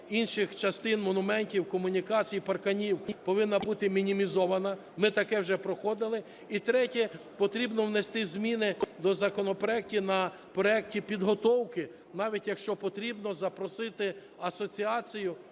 інших частин монументів, комунікацій, парканів повинна бути мінімізована. Ми таке вже проходили. І третє. Потрібно внести зміни до законопроекту на проекті підготовки, навіть якщо потрібно запросити асоціацію...